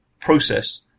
process